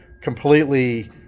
completely